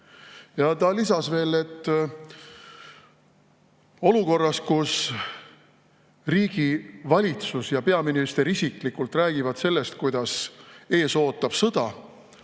Ta lisas veel, et olukorras, kus riigi valitsus ja peaminister isiklikult räägivad sellest, kuidas ees ootab sõda,